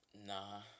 Nah